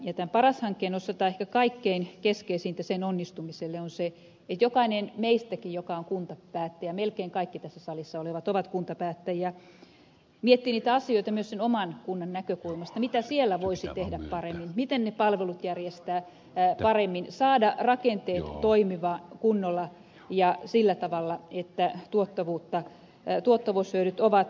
tämän paras hankkeen osalta ehkä kaikkein keskeisintä sen onnistumiselle on se että jokainen meistäkin joka on kuntapäättäjä melkein kaikki tässä salissa olevat ovat kuntapäättäjiä miettii niitä asioita myös sen oman kunnan näkökulmasta mitä siellä voisi tehdä paremmin miten ne palvelut järjestää paremmin saada rakenteet toimimaan kunnolla ja sillä tavalla että tuottavuushyödyt ovat kunnolliset